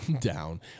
Down